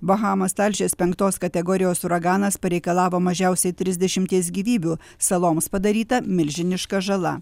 bahamas talžęs penktos kategorijos uraganas pareikalavo mažiausiai trisdešimties gyvybių saloms padaryta milžiniška žala